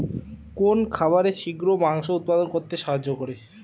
কোন খাবারে শিঘ্র মাংস উৎপন্ন করতে সাহায্য করে?